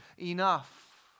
enough